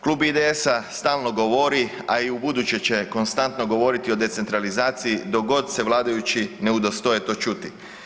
Klub IDS-a stalno govori, a i ubuduće će konstantno govoriti o decentralizaciji dok god se vladajući ne udostoje to čuti.